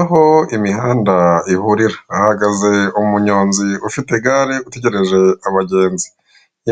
Aho imihanda ihurira hahagaze umunyonzi ufite igare utegereje abagenzi.